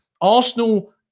Arsenal